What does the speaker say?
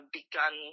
begun